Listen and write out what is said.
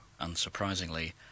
unsurprisingly